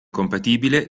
compatibile